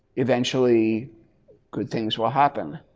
eventually good things will happen.